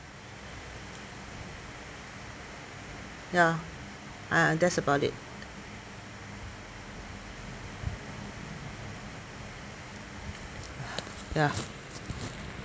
ya ah that's about it ya